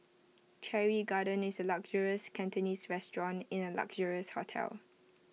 Cherry garden is A luxurious Cantonese restaurant in A luxurious hotel